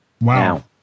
Wow